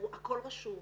הכול רשום,